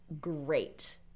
great